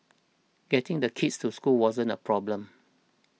getting the kids to school wasn't a problem